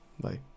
Bye